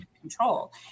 control